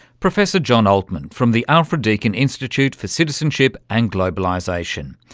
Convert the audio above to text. professor jon altman from the alfred deakin institute for citizenship and globalisation.